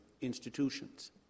institutions